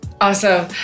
Awesome